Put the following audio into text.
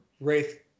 Wraith